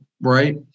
right